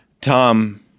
Tom